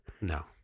No